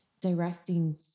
directing